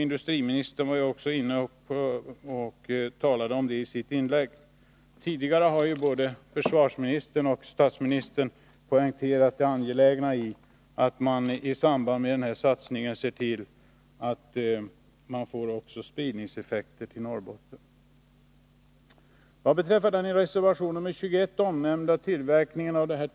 Industriministern var ju också inne på detta i sitt inlägg. Tidigare har både försvarsministern och statsministern poängterat det angelägna i att man i samband med den här satsningen även ser till att man får styrningseffekter till Norrbotten. Vad beträffar den i reservation 21 omnämnda tillverkningen avs.k.